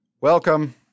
welcome